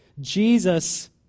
Jesus